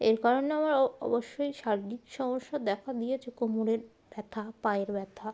এর কারণে আমার অবশ্যই শারীরিক সমস্যা দেখা দিয়েছে কোমরের ব্যথা পায়ের ব্যথা